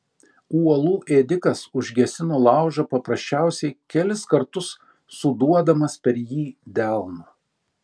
uolų ėdikas užgesino laužą paprasčiausiai kelis kartus suduodamas per jį delnu